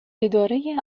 اداره